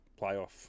playoff